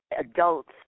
adults